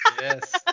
Yes